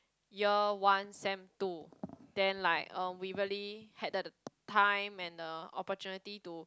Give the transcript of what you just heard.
year one sem two then like uh we really had the time and the opportunity to